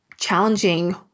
challenging